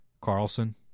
Carlson